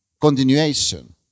continuation